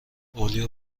اولیاء